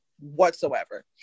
whatsoever